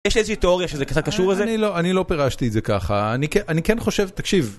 יש איזה תיאוריה שזה קצת קשור לזה? אני לא פירשתי את זה ככה, אני כן חושב, תקשיב.